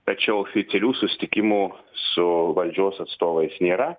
tačiau oficialių susitikimų su valdžios atstovais nėra